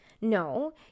No